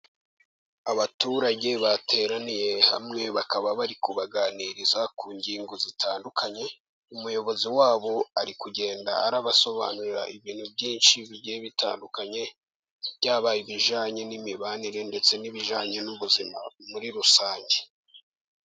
Abaturage bateraniye hamwe, bakaba bari kubaganiriza ku ngingo zitandukanye, umuyobozi wabo ari kugenda arabasobanurira ibintu byinshi bigiye bitandukanye, byaba ibijyananye n'imibanire ndetse n'ibijyanye n'ubuzima muri rusange.